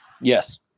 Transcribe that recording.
Yes